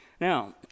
Now